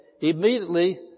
immediately